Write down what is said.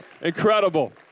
Incredible